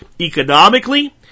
economically